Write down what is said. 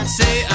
say